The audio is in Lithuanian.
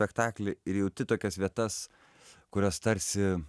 spektaklį ir jauti tokias vietas kurios tarsi